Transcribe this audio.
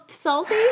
salty